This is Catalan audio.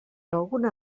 alguna